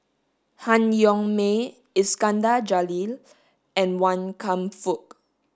Han Yong May Iskandar Jalil and Wan Kam Fook